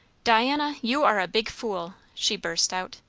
diana, you are a big fool! she burst out.